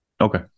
Okay